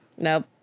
Nope